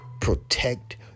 Protect